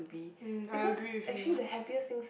hmm I agree with you